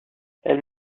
elle